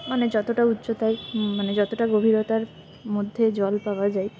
মানে যতটা উচ্চতায় মানে যতটা গভীরতার মধ্যে জল পাওয়া যায়